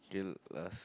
okay last eh